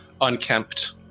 unkempt